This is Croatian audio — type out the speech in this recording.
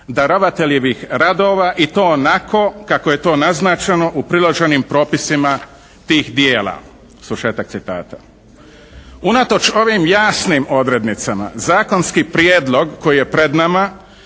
darovateljevih radova i to onako kako je to naznačeno u priloženim propisima tih dijela". Unatoč ovim jasnim odrednicama zakonski prijedlog koji je pred nama